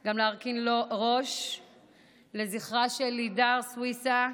גם להרכין ראש לזכרה של לידר סויסה,